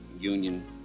Union